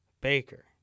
Baker